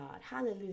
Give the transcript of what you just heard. Hallelujah